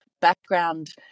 background